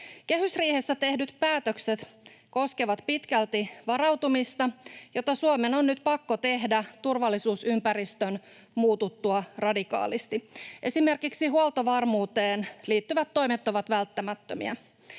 Kehysriihessä tehdyt päätökset koskevat pitkälti varautumista, jota Suomen on nyt pakko tehdä turvallisuusympäristön muututtua radikaalisti. Esimerkiksi huoltovarmuuteen liittyvät toimet ovat välttämättömiä.